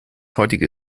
heutige